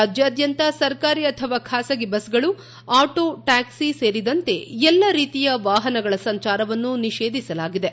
ರಾಜ್ಯಾದ್ಯಂತ ಸರ್ಕಾರಿ ಅಥವಾ ಖಾಸಗಿ ಬಸ್ಗಳು ಆಟೋ ಟ್ಯಾಕ್ಸಿ ಸೇರಿದಂತೆ ಎಲ್ಲ ರೀತಿಯ ವಾಹನಗಳ ಸಂಚಾರವನ್ನು ನಿಷೇಧಿಸಲಾಗಿದೆ